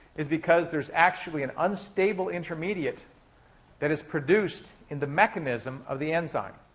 is because there's actually an unstable intermediate that is produced in the mechanism of the enzyme.